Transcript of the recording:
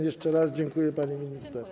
Jeszcze raz dziękuję, pani minister.